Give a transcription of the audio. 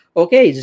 okay